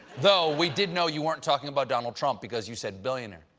though, we did know you weren't talking about donald trump because you said billionaire.